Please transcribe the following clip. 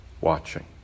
watching